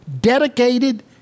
Dedicated